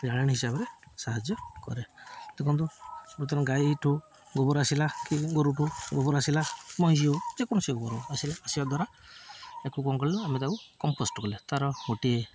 ଜାଳେଣି ହିସାବରେ ସାହାଯ୍ୟ କରେ ଦେଖନ୍ତୁ ବର୍ତ୍ତମାନ ଗାଈଠୁ ଗୋବର ଆସିଲା କି ଗୋରୁଠୁ ଗୋବର ଆସିଲା ମଇଁସି ହଉ ଯେକୌଣସି ଗୋରୁ ହେଉ ଆସିଲା ଆସିବା ଦ୍ୱାରା ତାକୁ କ'ଣ କଲୁ ନା ଆମେ ତାକୁ କମ୍ପୋଷ୍ଟ କଲେ ତାର ଗୋଟିଏ